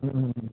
હમ્મ હમ્મ